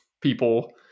people